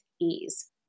ease